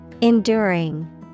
Enduring